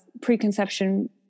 preconception